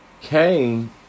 Cain